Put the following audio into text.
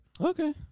Okay